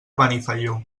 benifaió